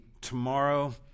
tomorrow